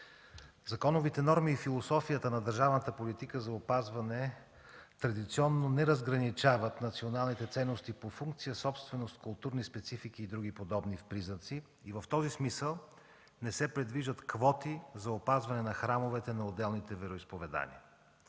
за опазване на културното наследство традиционно не разграничават националните ценности по функции, собственост, културни специфики и други подобни признаци. В този смисъл не се предвиждат квоти за опазване на храмовете на отделните вероизповедания.